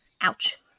Ouch